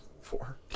four